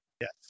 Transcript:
Yes